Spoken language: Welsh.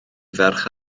ferch